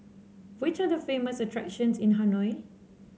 which are the famous attractions in Hanoi